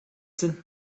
sind